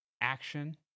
Action